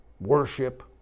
worship